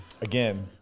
Again